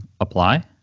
apply